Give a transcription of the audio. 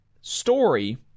story